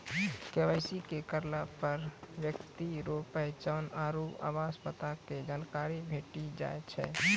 KYC करलापर ब्यक्ति रो पहचान आरु आवास पता के जानकारी भेटी जाय छै